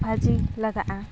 ᱵᱷᱟᱹᱡᱤ ᱞᱟᱜᱟᱜᱼᱟ